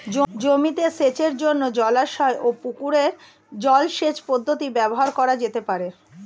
জমিতে সেচের জন্য জলাশয় ও পুকুরের জল সেচ পদ্ধতি ব্যবহার করা যেতে পারে?